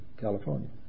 California